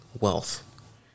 wealth